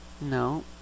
No